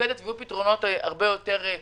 מתפקדת ויהיו פתרונות יותר ברורים,